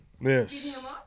Yes